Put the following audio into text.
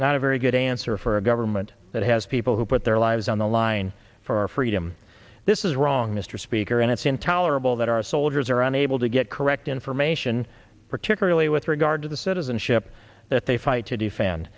a very good answer for a government that has people who put their lives on the line for freedom this is wrong mr speaker and it's intolerable that our soldiers are unable to get correct information particularly with regard to the citizenship that they fight to defend